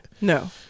No